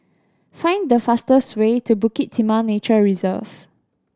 find the fastest way to Bukit Timah Nature Reserve